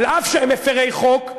אף שהם מפרי חוק,